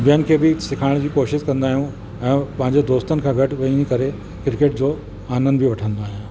ॿियनि खे बि सिखाइण जी कोशिशि कंदा आहियूं ऐं पंहिंजे दोस्तनि खां गॾु वञी करे क्रिकेट जो आनंद बि वठंदो आहियां